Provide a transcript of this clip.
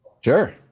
Sure